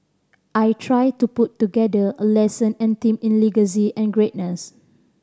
I tried to put together a lesson and themed it legacy and greatness